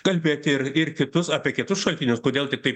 kalbėti ir ir kitus apie kitus šaltinius kodėl tiktai